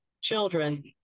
children